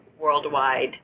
worldwide